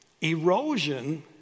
erosion